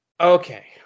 Okay